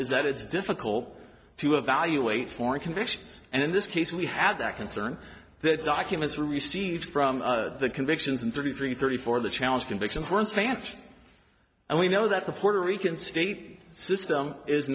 is that it's difficult to evaluate for convictions and in this case we had that concern that documents were received from the convictions in thirty three thirty four the challenge convictions were in spanish and we know that the puerto rican state system is